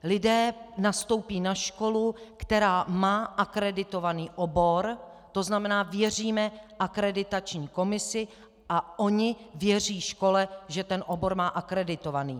Lidé nastoupí na školu, která má akreditovaný obor, tzn. věříme akreditační komisi a oni věří škole, že ten obor má akreditovaný.